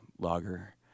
lager